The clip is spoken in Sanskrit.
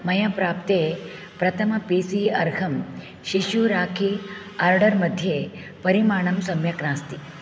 मया प्राप्ते प्रथम पी सी अर्हम् शिशुराखि आर्डर् मध्ये परिमाणं सम्यक् नास्ति